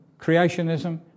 Creationism